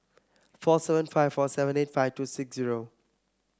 four seven five four seven eight five two six zero